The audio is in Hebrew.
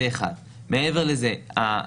מעבר לזה,